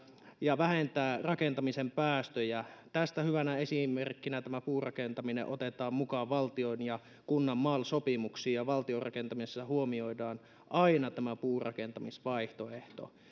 ja vähentää rakentamisen päästöjä tästä hyvänä esimerkkinä tämä puurakentaminen otetaan mukaan valtion ja kunnan mal sopimuksiin ja valtion rakentamisessa huomioidaan aina tämä puurakentamisvaihtoehto